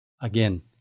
Again